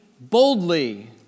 boldly